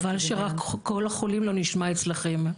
חבל שקול החולים לא נשמע אצלכם.